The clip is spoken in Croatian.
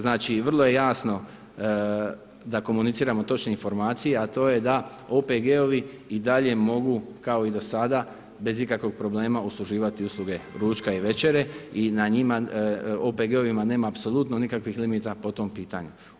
Znači vrlo je jasno da komuniciramo točne informacije a to je da OPG-ovi i dalje mogu kao i do sad bez ikakvog problema usluživati usluge ručka i večere i na OPG-ovima nema apsolutno nikakvih limita po tom pitanju.